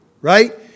right